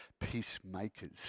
peacemakers